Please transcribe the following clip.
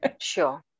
sure